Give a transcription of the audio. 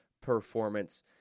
performance